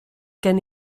gen